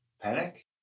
panic